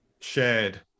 shared